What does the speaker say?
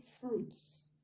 fruits